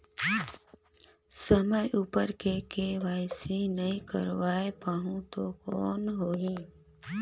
समय उपर के.वाई.सी नइ करवाय पाहुं तो कौन होही?